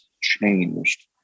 changed